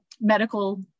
medical